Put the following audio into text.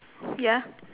ya